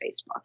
Facebook